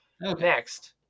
Next